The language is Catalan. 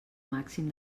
màxim